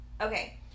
okay